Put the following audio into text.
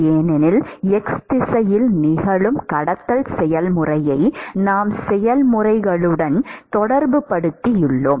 ஏனெனில் x திசையில் நிகழும் கடத்தல் செயல்முறையை நாம் செயல்முறைகளுடன் தொடர்புபடுத்தியுள்ளோம்